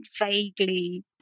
vaguely